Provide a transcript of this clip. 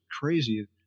crazy